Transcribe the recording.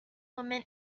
woman